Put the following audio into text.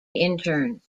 interns